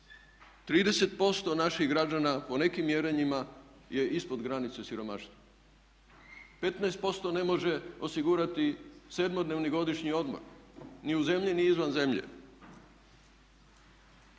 30% naših građana po nekim mjerenjima je ispod granice siromaštva. 15% ne može osigurati 7-dnevni godišnji odmor ni u zemlji ni izvan zemlje.